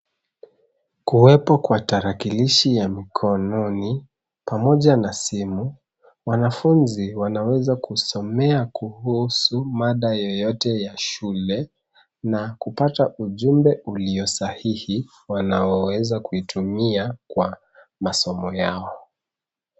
Kuwepo kwa tarakilishi nya mikononi pamoja na simu, wanafunzi wanaweza kusomea kuhusu mada yoyote ya shule na kupata ujumbe ulio sahihi wanaoweza kutumia kwa masomo yao.